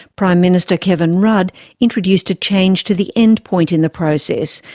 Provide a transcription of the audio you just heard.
prime minister kevin rudd introduced a change to the end point in the process,